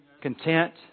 Content